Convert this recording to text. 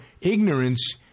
ignorance